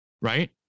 right